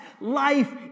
life